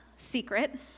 secret